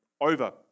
over